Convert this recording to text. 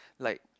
like